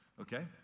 okay